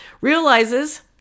realizes